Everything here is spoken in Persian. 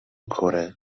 کره